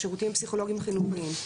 בשירותים הפסיכולוגיים החינוכיים,